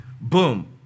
Boom